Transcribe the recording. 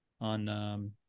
on